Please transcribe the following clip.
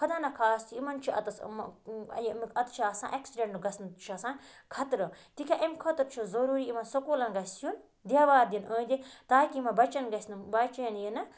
خۄدا نا خاستہٕ یِمَن چھُ اَتَس یمیُک اَتَتھ چھُ آسان ایٚکسِڑنٹ گَژھنُک چھُ آسان خطرٕ تہِ کیاہ اَمہِ خٲطرٕ چھُ ضروری یِمَن سکولَن گَژھہِ یُن دیوار دِنہٕ أندۍ أندۍ تاکہِ یِمَن بَچَن گَژھنہٕ بَچَن ییٚہِ نہٕ